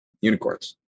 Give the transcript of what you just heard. unicorns